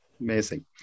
Amazing